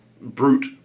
brute